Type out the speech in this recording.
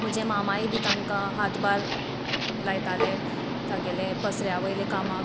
म्हजे मामाय बी तांकां हातभार लायताले तागेले पसऱ्या वयले कामांक